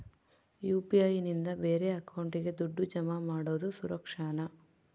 UPI ನಿಂದ ಬೇರೆ ಅಕೌಂಟಿಗೆ ದುಡ್ಡು ಜಮಾ ಮಾಡೋದು ಸುರಕ್ಷಾನಾ?